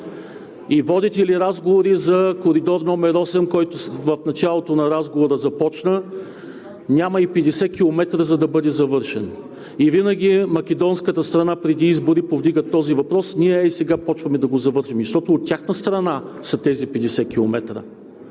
и водите ли разговори за Коридор № 8, който, в началото на разговора започна, няма и 50 км, за да бъде завършен? Винаги македонската страна преди избори повдига този въпрос: „ние ей сега започваме да го завършваме“, защото от тяхна страна са тези 50 км.